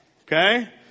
okay